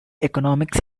economics